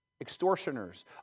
extortioners